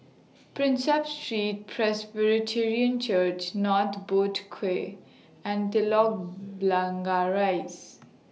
Prinsep Street Presbyterian Church North Boat Quay and Telok Blangah Rise